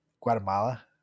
guatemala